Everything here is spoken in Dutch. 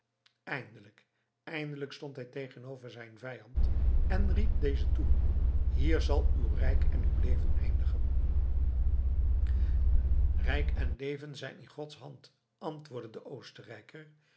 eindelijk eindelijk stond hij tegenover zijn vijand en riep dezen toe hier zal uw rijk en uw leven eindigen rijk en leven zijn in gods hand antwoordde de oostenrijker